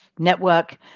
network